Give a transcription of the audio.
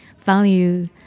value